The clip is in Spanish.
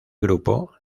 grupo